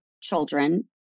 children